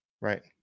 Right